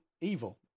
evil